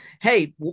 hey